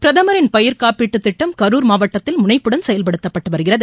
பிரதமரின் பயிர்க்காப்பீட்டுத் திட்டம் கரூர் மாவட்டத்தில் முனைப்புடன் செயல்படுத்தப்பட்டு வருகிறது